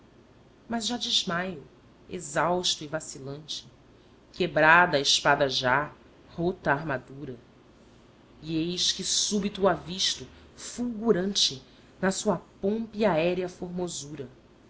mas já desmaio exhausto e vacillante quebrada a espada já roda a armadura e eis que subito o avisto fulgurante na sua pompa e aerea formosura